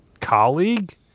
colleague